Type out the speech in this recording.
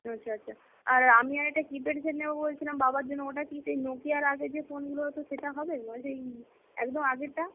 আচ্ছা আচ্ছা আর আমি আর একটা কিপ্যাড সেট নেব বলছিলাম বাবার জন্য ওটা কি সেই নোকিয়ার আগের যে ফোনগুলো হতো সেটা হবে মানে সেই একদম আগেরটা